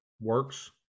works